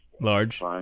Large